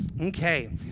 Okay